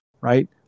right